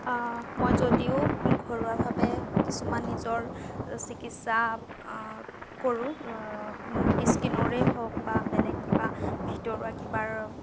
মই যদিও ঘৰুৱাভাবে কিছুমান নিজৰ চিকিৎসা কৰো স্কীনৰে হওক বা বেলেগ কিবা ভিতৰুৱা কিবা